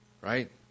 right